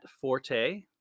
Forte